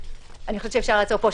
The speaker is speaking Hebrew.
אני חושבת שאפשר לעצור פה,